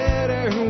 Better